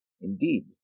indeed